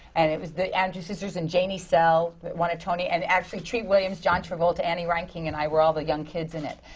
and it was the andrews sisters, and janie sell but won a tony. and actually treat williams, john travolta, annie reinking and i were all the young kids in it.